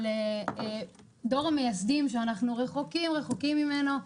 על דור המייסדים שאנחנו רחוקים רחוקים ממנו.